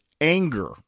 anger